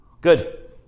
Good